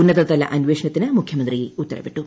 ഉന്നതല അന്വേഷണത്തിന് മുഖ്യമന്ത്രി ഉത്തരവിട്ടു